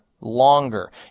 longer